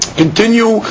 continue